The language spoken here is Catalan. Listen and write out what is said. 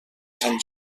sant